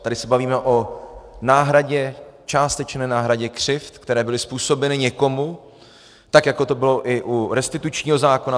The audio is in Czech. Tady se bavíme o náhradě, částečné náhradě křivd, které byly způsobeny někomu tak, jako to bylo i u restitučního zákona.